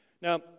Now